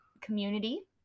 community